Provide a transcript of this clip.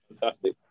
fantastic